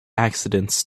accidents